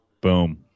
Boom